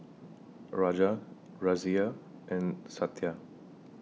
Raja Razia and Satya